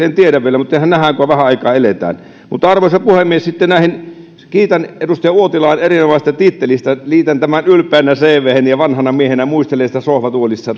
en tiedä vielä mutta sehän nähdään kun vähän aikaa eletään mutta arvoisa puhemies sitten kiitän edustaja uotilaa erinomaisesta tittelistä liitän tämän ylpeänä cvheni ja vanhana miehenä muistelen sitä sohvatuolissa